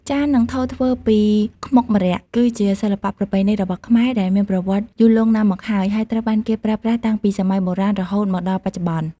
ចាន និងថូធ្វើពីខ្មុកម្រ័ក្សណ៍ គឺជាសិល្បៈប្រពៃណីរបស់ខ្មែរដែលមានប្រវត្តិយូរលង់ណាស់មកហើយ ហើយត្រូវបានគេប្រើប្រាស់តាំងពីសម័យបុរាណរហូតមកដល់បច្ចុប្បន្ន។